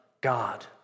God